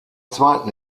zweiten